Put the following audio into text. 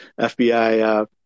FBI